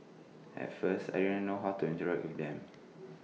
at first I didn't know how to interact with them